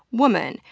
woman,